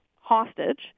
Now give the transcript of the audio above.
hostage